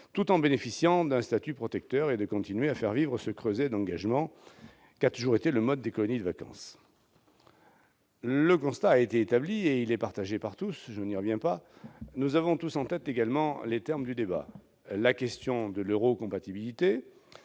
tout en bénéficiant d'un statut protecteur, et de continuer à faire vivre ce creuset d'engagement qu'a toujours été le monde des colonies de vacances. Le constat a été établi et il est partagé par tous, je n'y reviens pas. Nous avons tous en tête également les termes du débat : la question de l'eurocompatibilité,